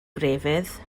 grefydd